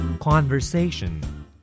Conversation